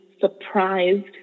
surprised